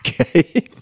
Okay